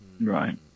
Right